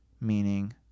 meaning